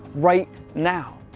right now.